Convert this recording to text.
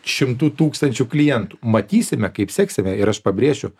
šimtų tūkstančių klientų matysime kaip seksime ir aš pabrėšiu